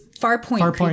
far-point